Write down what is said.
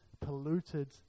polluted